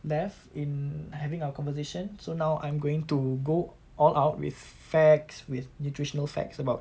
left in having our conversation so now I'm going to go all out with facts with nutritional facts about